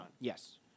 Yes